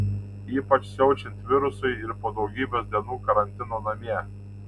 ypač siaučiant virusui ir po daugybės dienų karantino namie